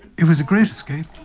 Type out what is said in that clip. it was a great escape.